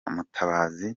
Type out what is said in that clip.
mutabazi